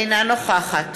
אינה נוכחת